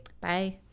bye